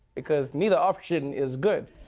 because neither option is good.